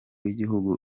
bw’igihugu